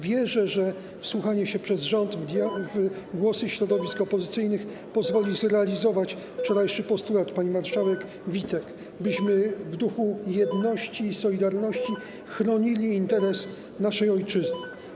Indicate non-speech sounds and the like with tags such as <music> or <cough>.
Wierzę, że wsłuchanie się przez rząd <noise> w głosy środowisk opozycyjnych pozwoli zrealizować wczorajszy postulat pani marszałek Witek, byśmy w duchu jedności i solidarności chronili interes naszej ojczyzny.